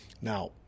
Now